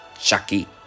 Chucky